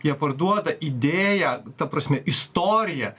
jie parduoda idėją ta prasme istoriją